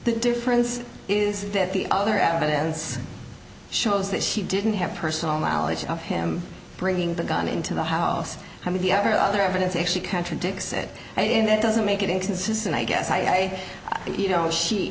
the difference is that the other evidence shows that she didn't have personal knowledge of him bringing the gun into the house how many every other evidence actually contradicts it and in that doesn't make it inconsistent i guess i